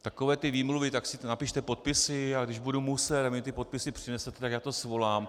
Takové ty výmluvy, tak si napište podpisy, a když budu muset, tak mi ty podpisy přinesete, tak já to svolám.